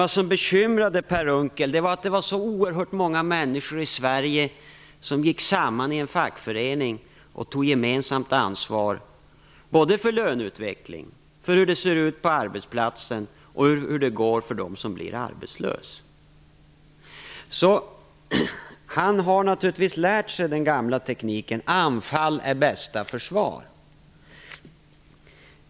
Det som bekymrade honom var att så oerhört många människor i Sverige skulle gå samman i en fackförening och ta gemensamt ansvar både för löneutveckling, för hur det ser ut på arbetsplatsen och för hur det går för dem som blir arbetslösa. Han har naturligtvis lärt sig den gamla tekniken: anfall är bästa försvar.